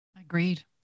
Agreed